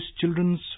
Children's